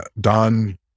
Don